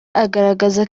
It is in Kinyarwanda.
agaragaza